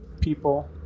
people